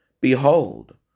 Behold